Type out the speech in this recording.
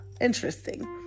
interesting